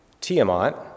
Tiamat